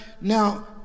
now